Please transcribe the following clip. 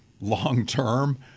long-term